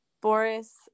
Boris